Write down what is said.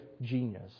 genius